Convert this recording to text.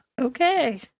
Okay